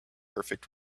perfect